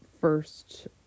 first